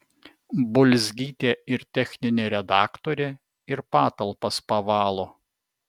bulzgytė ir techninė redaktorė ir patalpas pavalo